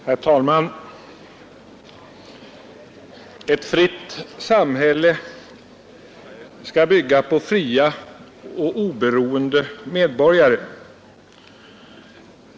Herr talman! Ett fritt samhälle skall bygga på fria och oberoende medborgare.